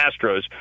Astros